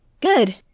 Good